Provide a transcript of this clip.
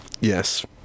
Yes